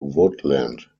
woodland